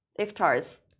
iftar's